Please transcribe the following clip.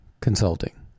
consulting